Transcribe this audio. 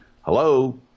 Hello